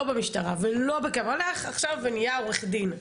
במשטרה ולא בקבע הלך עכשיו ונהיה עורך דין,